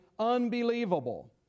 unbelievable